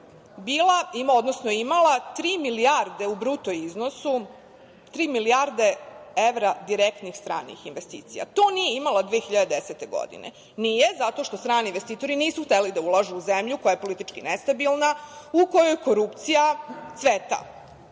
ekonomiju, imala tri milijarde u bruto iznosu, tri milijarde evra direktnih stranih investicija. To nije imala 2010. godine. Nije, zato što strani investitori nisu hteli da ulažu u zemlju koja je politički nestabilna, u kojoj korupcija cveta.